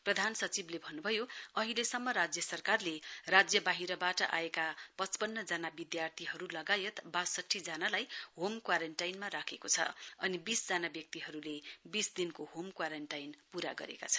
प्रधान सचिवले भन्नुभयो अहिलेसम्म राज्य सरकारले राज्य वाहिरवाट आएका पचपन्न जना विधार्थीहरु लगायत वासठीजनालाई होम क्वारेन्टाइनमा राखेको छ अनि वीस जना व्यक्तिहरुले वीस दिनको होम क्वारेन्टाइन पूरा गरेका छन्